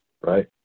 Right